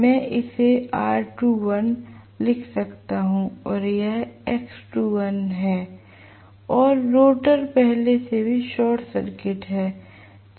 मैं इसे R2l लिख सकता हूं2 और यह X2l और रोटर पहले से ही शॉर्ट सर्किट है